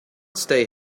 stay